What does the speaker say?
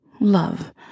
love